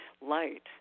light